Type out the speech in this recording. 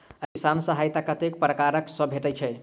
किसान सहायता कतेक पारकर सऽ भेटय छै?